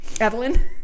Evelyn